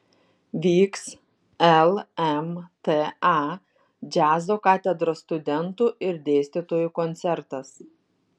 vyks lmta džiazo katedros studentų ir dėstytojų koncertas